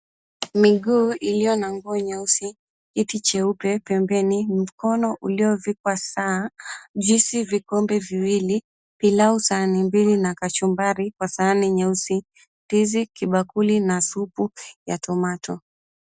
Miguu iliyo na nguo nyeusi, kiti cheupe pembeni, mkono uliovikwa saa, juisi vikombe viwili, pilau sahani mbili na kachumbari kwa sahani nyeusi, ndizi, kibakuli na supu ya tomato .